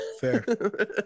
fair